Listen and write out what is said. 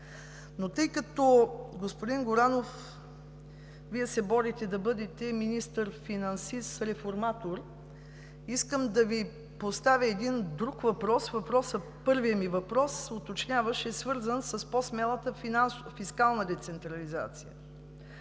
но тъй като, господин Горанов, Вие се борите да бъдете министър финансист – реформатор, искам да Ви поставя един друг въпрос. Първият ми уточняващ въпрос е свързан с по-смелата фискална децентрализация.